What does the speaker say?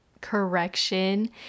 correction